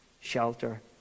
shelter